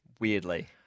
weirdly